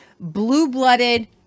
blue-blooded